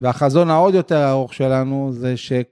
והחזון העוד יותר ארוך שלנו זה ש